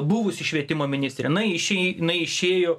buvusi švietimo ministrė na ji išė nai išėjo